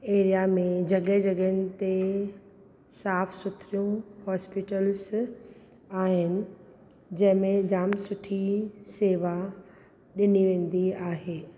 area में जॻहि जॻहियुनि ते साफ़ सुथरियूं हॉस्पिटलस आहिनि जंहिं में जामु सुठी सेवा ॾिनी वेंदी आहे